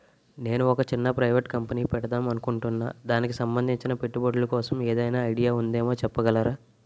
నేను ఒక చిన్న ప్రైవేట్ కంపెనీ పెడదాం అనుకుంటున్నా దానికి సంబందించిన పెట్టుబడులు కోసం ఏదైనా ఐడియా ఉందేమో చెప్పగలరా?